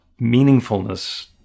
meaningfulness